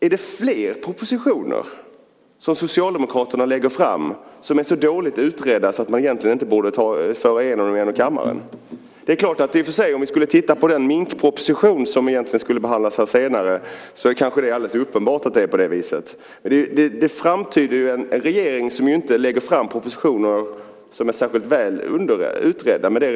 Är det fler propositioner som Socialdemokraterna lägger fram som är så dåligt utredda att man egentligen inte borde få igenom dem i kammaren? I fråga om den minkproposition som skulle ha behandlats senare är det alldeles uppenbart att det är på det viset. Resonemanget antyder en regering som inte lägger fram propositioner som är särskilt väl utredda.